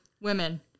women